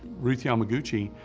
ruth yamaguchi,